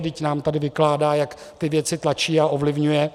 Vždyť nám tady vykládá, jak ty věci tlačí a ovlivňuje.